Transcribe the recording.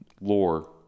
lore